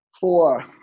four